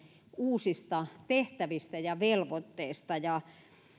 uusista tehtävistä ja velvoitteista